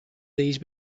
these